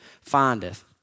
findeth